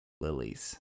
lilies